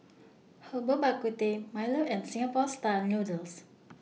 Herbal Bak Ku Teh Milo and Singapore Style Noodles